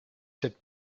cette